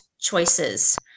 choices